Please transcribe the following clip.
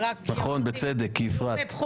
בפעם שעברה זרקת אותי --- בצדק, כי הפרעת.